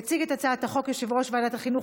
יציג את הצעת החוק יושב-ראש ועדת החינוך,